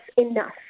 enough